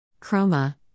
Chroma